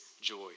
joy